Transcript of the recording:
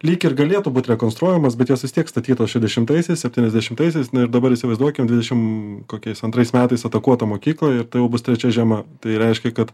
lyg ir galėtų būt rekonstruojamos bet jos vis tiek statytos šedešimtaisiais septyniasdešimtaisiais ir dabar įsivaizduokim dvidešim kokiais antrais metais atakuotų mokyklą ir tai jau bus trečia žiema tai reiškia kad